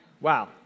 Wow